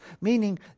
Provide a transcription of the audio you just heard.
Meaning